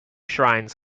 shrines